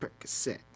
Percocet